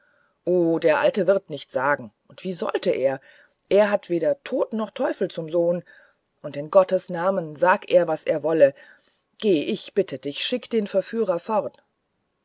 der alte wird nichts sagen und wie sollte er er hat ja weder tod noch teufel zum sohn und in gottes namen sag er was er wolle geh ich bitte dich schicke den verführer fort